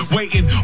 Waiting